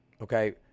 okay